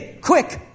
quick